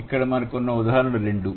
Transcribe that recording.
ఇక్కడ మనకున్న ఉదాహరణలు 2